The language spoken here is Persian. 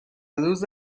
روز